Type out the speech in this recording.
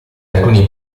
alcuni